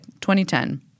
2010